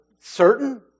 certain